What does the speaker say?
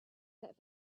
that